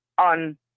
on